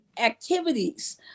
activities